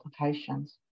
applications